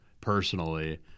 personally